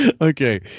Okay